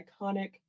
iconic